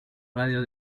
radio